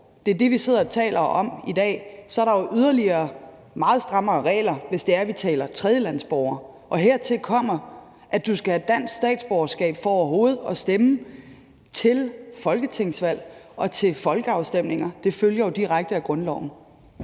Det er det, vi sidder og taler om i dag. Så er der yderligere meget strammere regler, hvis det er, vi taler tredjelandsborgere. Og hertil kommer, at du skal have dansk statsborgerskab for overhovedet at stemme til folketingsvalg og til folkeafstemninger; det følger jo direkte af grundloven.